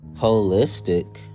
holistic